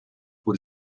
por